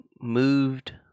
moved